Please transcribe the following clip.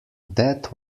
that